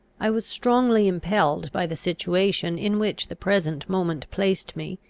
i was strongly impelled, by the situation in which the present moment placed me,